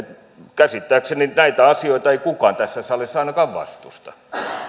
käsittääkseni näitä asioita ei kukaan tässä salissa ainakaan vastusta